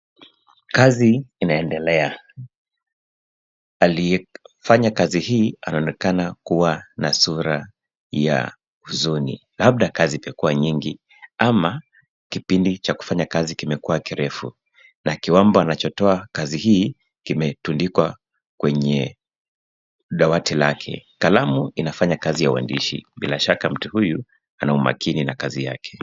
Kazi inaendelea. Aliyefanya kazi hii anaonekana kuwa na sura ya huzuni labda kazi imekua nyingi ama kipindi cha kufanya kazi kimekuwa kirefu, na kiwambo anachotoa kazi hii kimetundikwa kwenye dawati lake. Kalamu inafanya kazi ya uandishi. Bila shaka mtu huyu ana umakini na kazi yake.